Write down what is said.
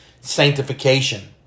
sanctification